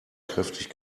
kräftig